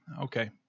Okay